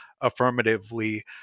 affirmatively